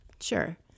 Sure